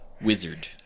wizard